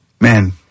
man